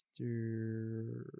Mr